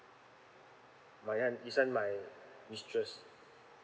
my one this one my mistress